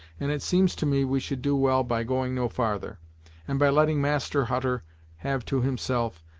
and it seems to me we should do well by going no farther and by letting master hutter have to himself,